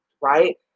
right